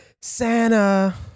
Santa